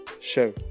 Show